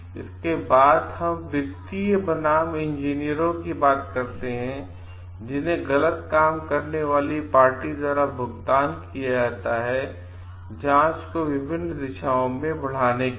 इसके बाद हम वित्तीय बनाम इंजीनियरों की बात कर सकते हैं जिन्हें गलत काम करने वाली पार्टी द्वारा भुगतान किया जाता है जांच को विभिन्न दिशाओं में आगे बढ़ाने के लिए